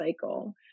cycle